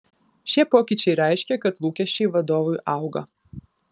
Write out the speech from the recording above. šie pokyčiai reiškia kad lūkesčiai vadovui auga